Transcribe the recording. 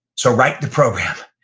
so write the program.